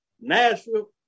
Nashville